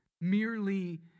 merely